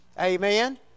Amen